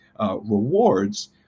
rewards